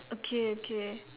okay okay